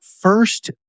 first